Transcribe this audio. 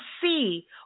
see